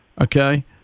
Okay